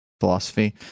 philosophy